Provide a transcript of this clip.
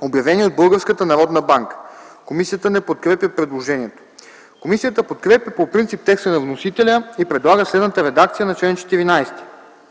обявени от Българската народна банка.” Комисията не подкрепя предложението. Комисията подкрепя по принцип текста на вносителя и предлага следната редакция на чл. 14: